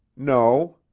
no,